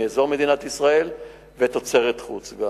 מאזור מדינת ישראל ותוצרת חוץ גם,